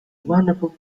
wonderful